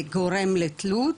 לגורם לתלות,